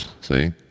see